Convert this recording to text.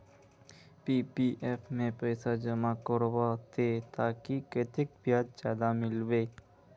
PPF में पैसा जमा कब करबो ते ताकि कतेक ब्याज ज्यादा मिलबे?